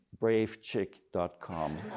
bravechick.com